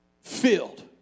filled